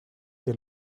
they